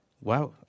wow